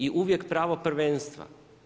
I uvijek pravo prvenstva.